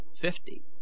fifty